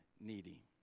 needy